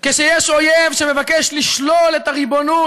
כשיש אויב שמבקש לשלול את הריבונות